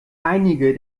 einige